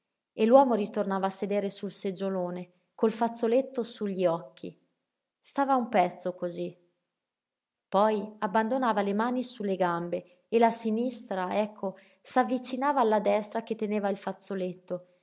e l'uomo ritornava a sedere sul seggiolone col fazzoletto su gli occhi stava un pezzo cosí poi abbandonava le mani su le gambe e la sinistra ecco s'avvicinava alla destra che teneva il fazzoletto